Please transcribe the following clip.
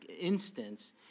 instance